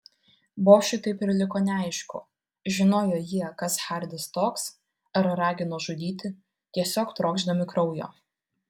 bošui taip ir liko neaišku žinojo jie kas hardis toks ar ragino žudyti tiesiog trokšdami kraujo